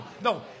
No